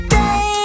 day